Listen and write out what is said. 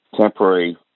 temporary